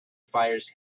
fires